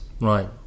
right